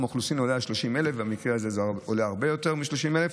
האוכלוסין עולה על 30,000" במקרה הזה זה עולה בהרבה על 30,000,